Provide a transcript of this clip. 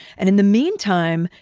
and in the meantime,